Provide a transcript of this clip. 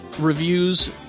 reviews